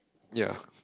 ya